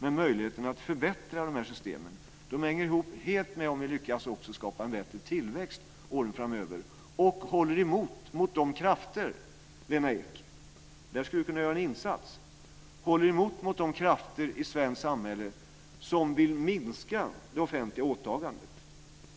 Men möjligheten att förbättra de här systemen hänger helt ihop med om vi också lyckas skapa en bättre tillväxt åren framöver och håller emot mot de krafter i svenskt samhälle - där skulle Lena Ek kunna göra en insats - som vill minska det offentliga åtagandet.